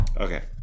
okay